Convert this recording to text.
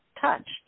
touched